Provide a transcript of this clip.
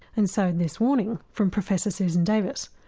and so this warning from professor susan davis,